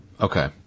Okay